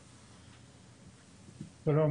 שלום,